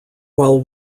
while